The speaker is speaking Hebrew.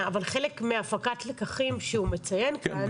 חלק מהפקת הלקחים שהוא מציין כאן,